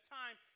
time